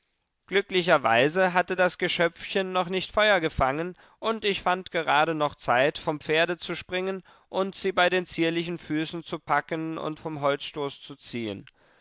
glücklicherweise hatte das geschöpfchen noch nicht feuer gefangen und ich fand gerade noch zeit vom pferde zu springen und sie bei den zierlichen füßchen zu packen und vom holzstoß zu ziehen